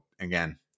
Again